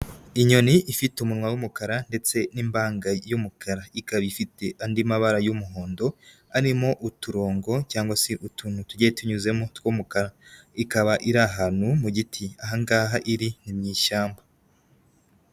Inyoni ifite umunwa w'umukara ndetse n'imbanga y'umukara, ikaba ifite andi mabara y'umuhondo arimo uturongo cyangwa se utuntu tugiye tunyuzemo tw'umukara, ikaba iri ahantu mu giti, aha ngaha iri ni mu ishyamba.